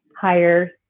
higher